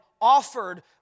offered